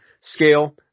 scale